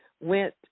went